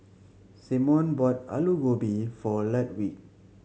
Simone bought Alu Gobi for Ludwig